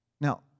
Now